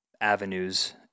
avenues